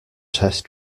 test